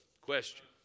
question